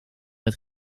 met